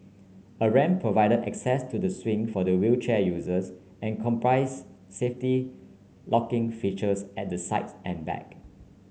a ramp provided access to the swing for the wheelchair users and comprises safety locking features at the sides and back